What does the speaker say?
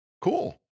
Cool